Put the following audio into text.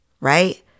right